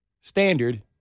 standard